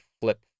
Flip